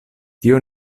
tio